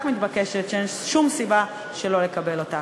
מתבקשת שאין שום סיבה שלא לקבל אותה.